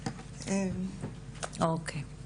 אני רוצה לתת למיה לי